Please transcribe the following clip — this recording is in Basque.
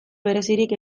berezirik